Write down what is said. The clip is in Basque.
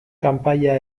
kanpaia